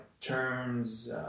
turns